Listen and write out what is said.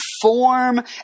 form